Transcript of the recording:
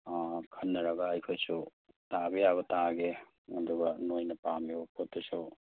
ꯑꯥ ꯈꯟꯅꯔꯒ ꯑꯩꯈꯣꯏꯁꯨ ꯇꯥꯕ ꯌꯥꯕ ꯇꯥꯒꯦ ꯑꯗꯨꯒ ꯅꯣꯏꯅ ꯄꯥꯝꯃꯤꯕ ꯄꯣꯠꯇꯨꯁꯨ